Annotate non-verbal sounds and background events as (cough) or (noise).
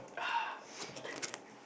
(noise) (laughs)